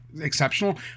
exceptional